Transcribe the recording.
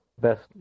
Best